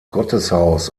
gotteshaus